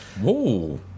Whoa